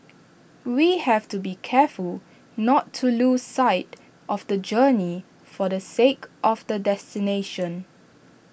we have to be careful not to lose sight of the journey for the sake of the destination